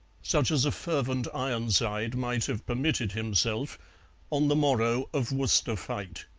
such as a fervent ironside might have permitted himself on the morrow of worcester fight.